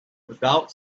without